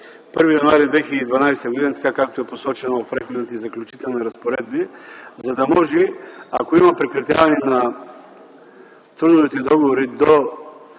1 януари 2012г., така както е посочено в Преходните и заключителни разпоредби, за да може, ако има прекратяване на трудовите договори до